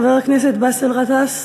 חבר הכנסת באסל גטאס,